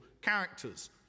characters